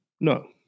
No